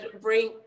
bring